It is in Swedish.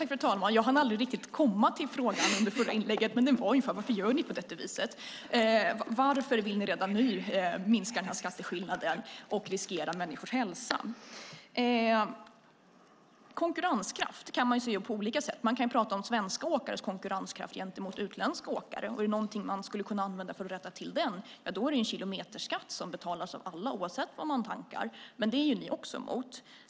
Fru talman! Jag hann aldrig komma till frågan i det förra inlägget, men den var ungefär: Varför gör ni på detta vis, varför vill ni redan nu minska skatteskillnaden och riskera människors hälsa? Man kan se på konkurrenskraft på olika sätt. Man kan tala om svenska åkares konkurrenskraft gentemot utländska åkare. Om det finns något man kunde använda för att rätta till det vore det en kilometerskatt som betalades av alla, oavsett vad man tankar. Men också det är ni emot, Lena Asplund.